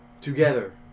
together